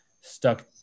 stuck